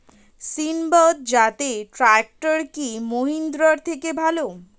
সিণবাদ জাতের ট্রাকটার কি মহিন্দ্রার থেকে ভালো?